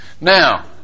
Now